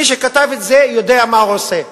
מי שכתב את זה, יודע מה הוא עושה.